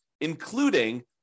including